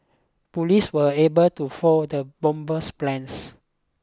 police were able to foil the bomber's plans